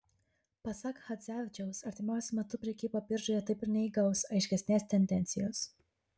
pasak chadzevičiaus artimiausiu metu prekyba biržoje taip ir neįgaus aiškesnės tendencijos